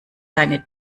deine